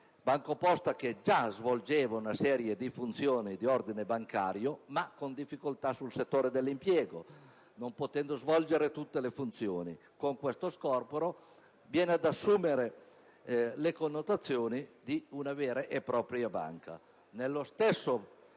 BancoPosta, che svolgeva già una serie di funzioni di ordine bancario, ma con difficoltà nel settore dell'impiego non potendo svolgere tutte le funzioni. Con tale scorporo, il BancoPosta viene ad assumere le connotazioni di una vera e propria banca.